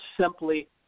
simply